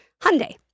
Hyundai